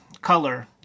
color